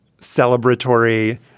celebratory